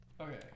Okay